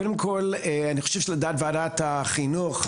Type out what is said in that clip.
קודם כל אני חושב שלדעת וועדת החינוך,